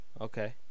Okay